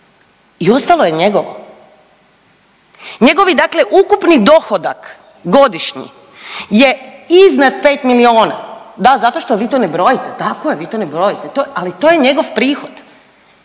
i ostalo je njegovo. Njegovi dakle ukupni dohodak godišnji je iznad 5 miliona, da zato što vi to ne brojite, tako je, vi to ne brojite, ali to je njegov prihod.